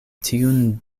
tiun